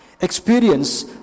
Experience